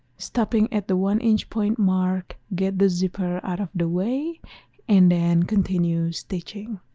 stopping at the one inch point mark get the zipper out of the way and then continue stitching